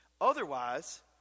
Otherwise